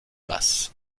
basse